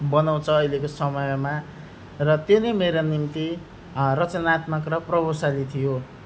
बनाउँछ अहिलेको समयमा र त्यो नै मेरो निम्ति रचनात्मक र प्रभावशाली थियो